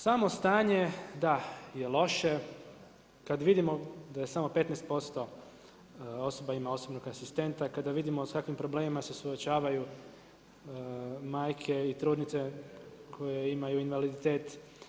Samo stanje, da je loše, kad vidimo, samo 15% osoba ima osobnog asistenta, kada vidimo u svakim problemima se suočavaju majke i trudnice koje imaju invaliditet.